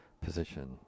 position